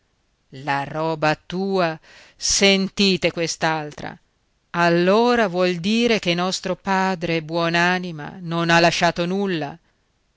la roba tua sentite quest'altra allora vuol dire che nostro padre buon'anima non ha lasciato nulla